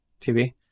TV